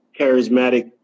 charismatic